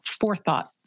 forethought